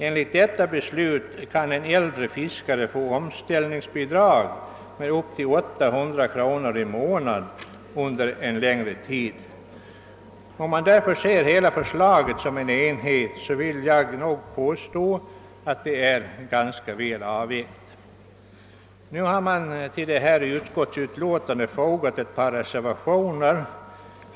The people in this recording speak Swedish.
Enligt detta beslut kan en äldre fiskare få omställningsbidrag med upp till 800 kronor i månaden under en längre tid. Om man ser åtgärderna som en enhet, vill jag alltså påstå att stödet är ganska väl avvägt. Till utskottsutlåtandet har fogats ett par reservationer.